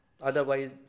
otherwise